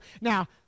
Now